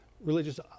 religious